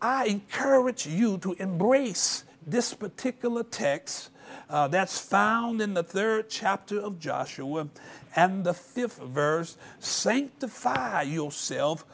i encourage you to embrace this particular texts that's found in the third chapter of joshua and the fifth verse sanctify yourself